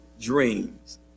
dreams